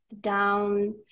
down